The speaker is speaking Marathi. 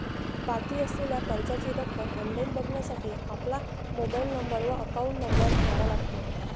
बाकी असलेल्या कर्जाची रक्कम ऑनलाइन बघण्यासाठी आपला मोबाइल नंबर व अकाउंट नंबर द्यावा लागतो